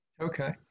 Okay